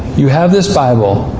you have this bible.